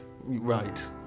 right